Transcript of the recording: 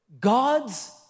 God's